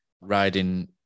riding